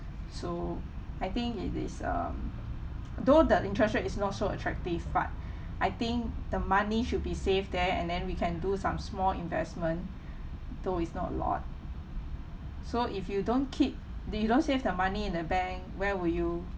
so I think it is um though the interest rate is not so attractive but I think the money should be safe there and then we can do some small investment though is not a lot so if you don't keep the you don't save the money in the bank where will you